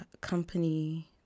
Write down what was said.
company